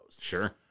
Sure